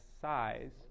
size